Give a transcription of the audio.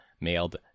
mailed